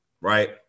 right